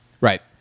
Right